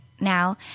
now